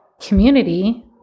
community